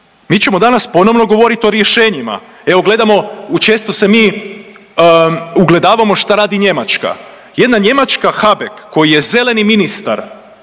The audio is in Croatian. Mi ćemo danas ponovno govorit o rješenjima. Evo gledamo u često se mi ugledavamo šta radi Njemačka. Jedna Njemačka Habeck koji je zeleni ministar